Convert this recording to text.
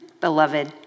beloved